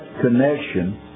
connection